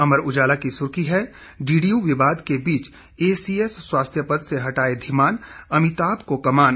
अमर उजाला की सुर्खी है डीडीयू विवाद के बीच एसीएस स्वास्थ्य पद से हटाए धीमान अमिताभ को कमान